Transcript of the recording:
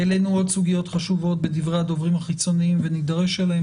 העלינו עוד סוגיות חשובות בדברי הדוברים החיצוניים ונדרש אליהם,